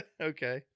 Okay